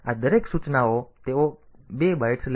હવે આ દરેક સૂચનાઓ તેઓ 2 બાઇટ્સ લેશે